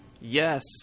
Yes